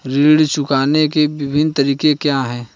ऋण चुकाने के विभिन्न तरीके क्या हैं?